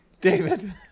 David